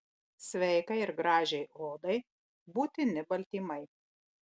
sveikai ir gražiai odai būtini baltymai